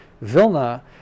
Vilna